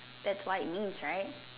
that's what it means right